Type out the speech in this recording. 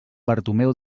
bartomeu